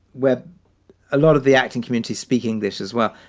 where a lot of the acting community speak english as well,